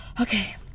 okay